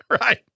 Right